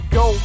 go